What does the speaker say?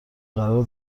قرار